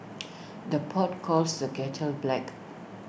the pot calls the kettle black